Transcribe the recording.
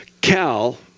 Cal